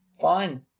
fine